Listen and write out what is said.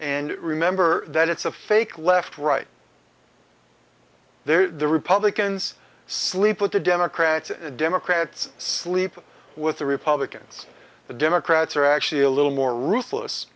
and remember that it's a fake left right there republicans sleep with the democrats and democrats sleep with the republicans the democrats are actually a little more ruthless